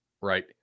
right